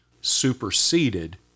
superseded